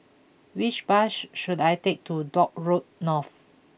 which bash should I take to Dock Road North